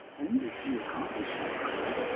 and if he accomplished that goal,